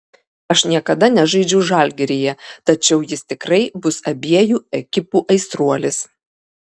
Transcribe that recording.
aš niekada nežaidžiau žalgiryje tačiau jis tikrai bus abejų ekipų aistruolis